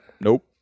nope